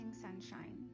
Sunshine